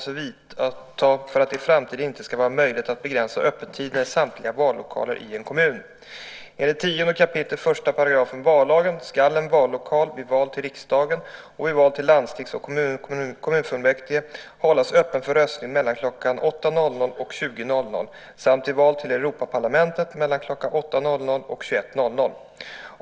Herr talman! Gunnar Nordmark har frågat mig vilka åtgärder jag avser att vidta för att det i framtiden inte ska vara möjligt att begränsa öppettiderna i samtliga vallokaler i en kommun. Enligt 10 kap. 1 § vallagen ska en vallokal vid val till riksdagen och vid val till landstings och kommunfullmäktige hållas öppen för röstning mellan kl. 8.00 och 20.00 samt vid val till Europaparlamentet mellan kl. 8.00 och 21.00.